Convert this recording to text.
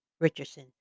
Richardson